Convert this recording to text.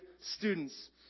students